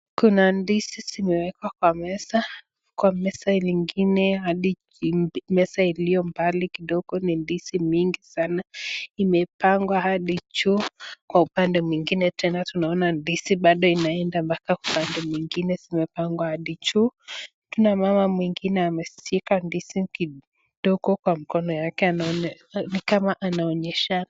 Kuna ndizi zimewekwa kwa meza kwa meza lingine hadi meza iliyo mbali kidogo. Ni ndizi mingi sana imepangwa hadi juu kwa upande mwingine. Tena tunaona ndizi bado inaenda mpaka upande mwingine. Zimapangwa hadi juu. Tuna mama mwingine ameshika ndizi kidogo kwa mkono yake ni kama anaonyesha.